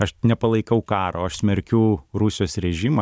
aš nepalaikau karo aš smerkiu rusijos režimą